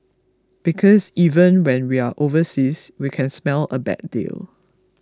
because even when we are overseas we can smell a bad deal